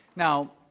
now,